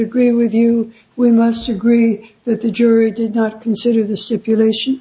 agreeing with you we must agree that the jury did not consider the stipulation